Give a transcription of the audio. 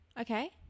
okay